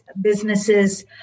businesses